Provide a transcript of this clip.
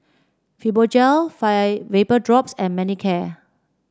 Fibogel Vapodrops and Manicare